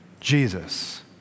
Jesus